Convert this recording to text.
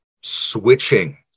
switching